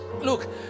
look